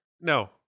No